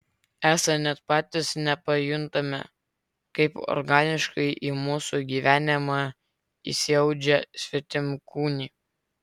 esą net patys nepajuntame kaip organiškai į mūsų gyvenimą įsiaudžia svetimkūniai